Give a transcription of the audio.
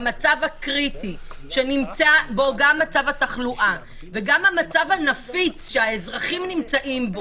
במצב הקריטי גם של התחלואה וגם המצב הנפיץ שהאזרחים נמצאים פה